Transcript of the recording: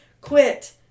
quit